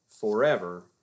forever